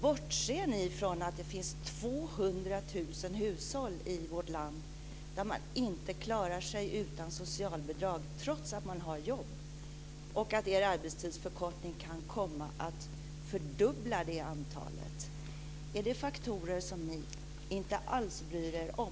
Bortser ni från att det finns 200 000 hushåll i vårt land som inte klarar sig utan socialbidrag, trots att man har jobb, och att er arbetstidsförkortning kan komma att fördubbla detta antal? Är det faktorer som ni inte alls bryr er om?